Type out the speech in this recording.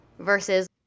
Versus